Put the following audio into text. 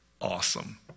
Awesome